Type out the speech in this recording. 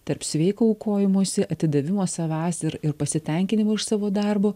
tarp sveiko aukojimosi atidavimo savęs ir ir pasitenkinimo iš savo darbo